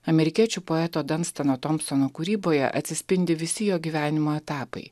amerikiečių poeto damstano tomsono kūryboje atsispindi visi jo gyvenimo etapai